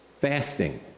fasting